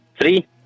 Three